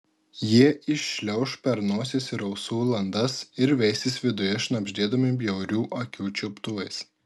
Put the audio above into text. jie įšliauš per nosies ir ausų landas ir veisis viduje šnabždėdami bjaurių akių čiuptuvais